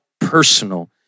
personal